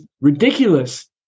ridiculous